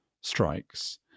strikes